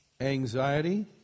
anxiety